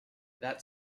that